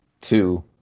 Two